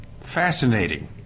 Fascinating